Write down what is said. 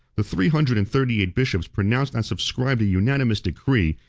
the three hundred and thirty-eight bishops pronounced and subscribed a unanimous decree,